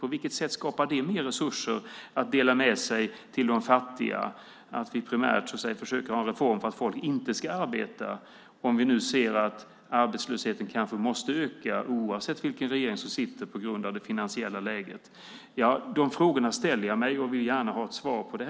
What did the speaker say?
På vilket sätt skapar det mer resurser att dela med sig av till de fattiga att man primärt försöker ha en reform för att folk inte ska arbeta? Vi ser nu att arbetslösheten kanske måste öka oavsett vilken regering som sitter på grund av det finansiella läget. De frågorna ställer jag mig och vill gärna ha ett svar på här.